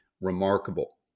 remarkable